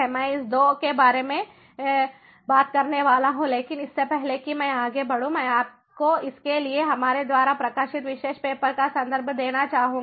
मैं इस 2 के बारे में बात करने वाला हूं लेकिन इससे पहले कि मैं आगे बढ़ूं मैं आपको इसके लिए हमारे द्वारा प्रकाशित विशेष पेपर का संदर्भ देना चाहूंगा